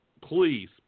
Please